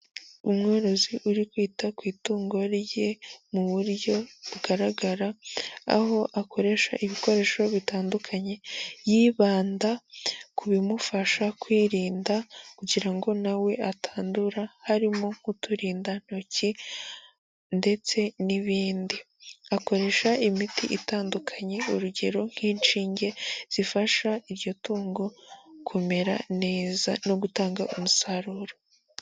Umworozi uri kwita ku itungo rye mu buryo bugaragara, aho akoresha ibikoresho bitandukanye, yibanda ku bimufasha kwirinda kugira ngo na we atandura, harimo nk'uturindadantoki ndetse n'ibindi. Akoresha imiti itandukanye, urugero; nk'inshinge zifasha iryo tungo kumera neza no gutanga umusaruro.